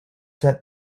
set